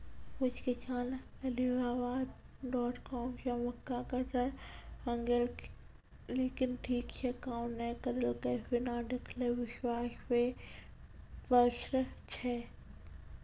कुछ किसान Alibaba dot com से मक्का कटर मंगेलके लेकिन ठीक से काम नेय करलके, बिना देखले विश्वास पे प्रश्न छै?